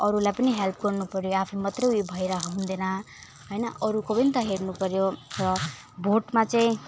अरूलाई पनि हेल्प गर्नु पर्यो आफ्नो मात्र उयो भएर हुँदैन होइन अरूको पनि त हेर्नु पर्यो र भोटमा चाहिँ